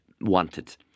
wanted